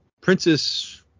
Princess